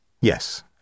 Yes